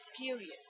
period